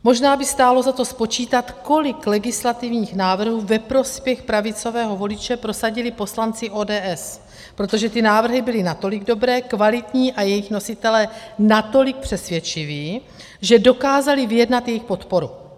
Možná by stálo za to spočítat, kolik legislativních návrhů ve prospěch pravicového voliče prosadili poslanci ODS, protože ty návrhy byly natolik dobré, kvalitní a jejich nositelé natolik přesvědčiví, že dokázali vyjednat jejich podporu.